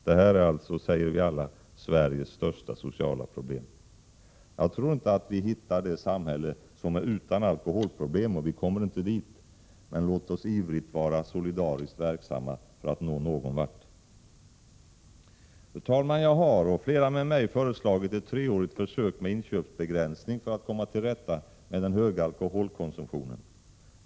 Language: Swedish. Vi säger alla att alkoholen är Sveriges största sociala problem. Jag tror inte att vi hittar något samhälle som är utan alkoholproblem. Vi kommer inte heller att nå det målet. Men låt oss ivrigt vara solidariskt verksamma för att komma någon bit på vägen. Fru talman! Jag har, och flera med mig, föreslagit ett treårigt försök med inköpsbegränsning för att komma till rätta med den höga alkoholkonsumtionen.